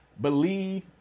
Believe